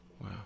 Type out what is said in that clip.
Wow